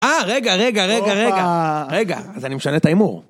אה, רגע, רגע, רגע, רגע, רגע, אז אני משנה את ההימור.